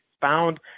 found